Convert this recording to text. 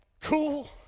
cool